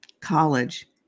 College